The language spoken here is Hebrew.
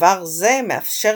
דבר זה מאפשר